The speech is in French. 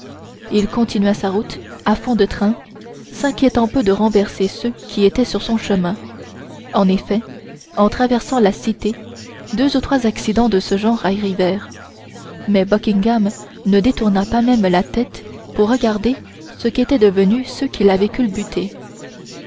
il continua sa route à fond de train s'inquiétant peu de renverser ceux qui étaient sur son chemin en effet en traversant la cité deux ou trois accidents de ce genre arrivèrent mais buckingham ne détourna pas même la tête pour regarder ce qu'étaient devenus ceux qu'il avait culbutés